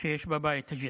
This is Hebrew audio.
שיש בבית הזה.